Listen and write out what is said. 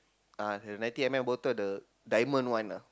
uh the ninety M_L bottle the diamond one ah